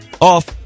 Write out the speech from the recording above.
off